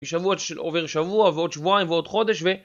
עובר שבוע ועוד שבועיים ועוד חודש